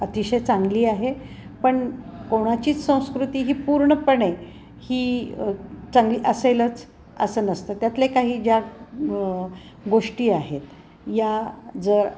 अतिशय चांगली आहे पण कोणाचीच संस्कृती ही पूर्णपणे ही चांगली असेलच असं नसतं त्यातल्या काही ज्या गोष्टी आहेत या जर